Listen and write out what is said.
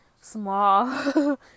small